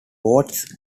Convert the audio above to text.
boats